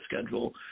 schedule